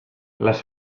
les